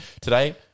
today